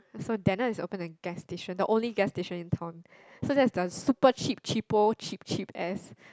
so Danna is open in the gas station the only gas station in town so that is the super cheap cheapo cheap cheap ass